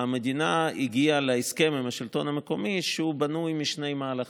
המדינה הגיעה להסכם עם השלטון המקומי שבנוי משני מהלכים: